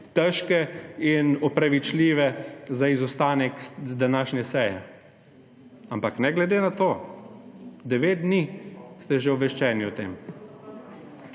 težke in opravičljive za izostanek z današnje seje. Ampak ne glede na to, devet dni ste že obveščeni o tem.